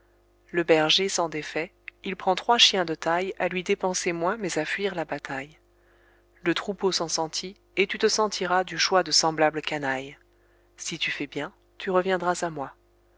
le berger s'en défait il prend trois chiens de taille à lui dépenser moins mais à fuir la bataille le troupeau s'en sentit et tu te sentiras du choix de semblable canaille si tu fais bien tu reviendras à moi